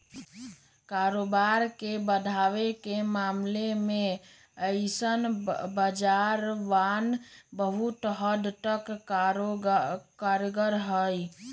कारोबार के बढ़ावे के मामले में ऐसन बाजारवन बहुत हद तक कारगर हई